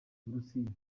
burusiya